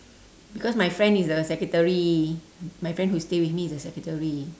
because my friend is a secretary my friend who stay with me is a secretary